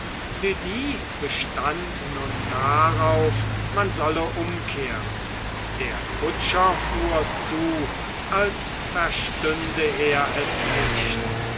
bestand nun darauf man solle umkehren der kutscher fuhr zu als verstünde er es nicht